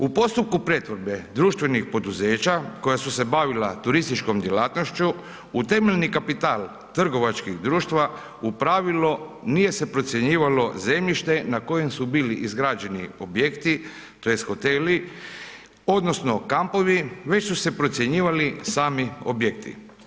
U postupku pretvorbe društvenih poduzeća koja su se bavila turističkom djelatnošću u temeljni kapital trgovačkih društava u pravilo nije se procjenjivalo zemljište na kojem su bili izgrađeni objekti tj. hoteli odnosno kampovi, već su se procjenjivali sami objekti.